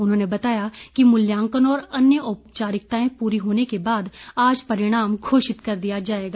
उन्होंने बताया कि मूल्यांकन और अन्य औपचारिकताएं पूरी होने के बाद आज परिणाम घोषित कर दिया जाएगा